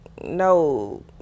no